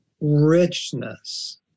richness